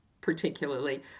particularly